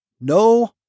no